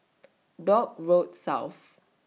Dock Road South